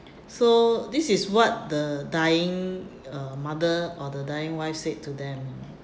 so this is what the dying uh mother or the dying wife said to them